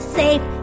safe